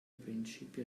principi